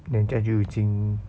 then 这样就已经